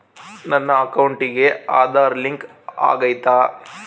ನನ್ನ ಅಕೌಂಟಿಗೆ ಆಧಾರ್ ಲಿಂಕ್ ಆಗೈತಾ?